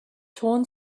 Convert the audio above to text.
torn